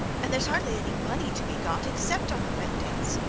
and there's hardly any money to be got except on the wet days,